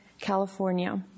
California